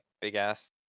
big-ass